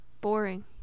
boring